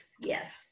yes